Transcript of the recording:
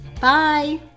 Bye